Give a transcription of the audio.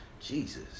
Jesus